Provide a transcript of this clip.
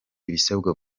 ibisabwa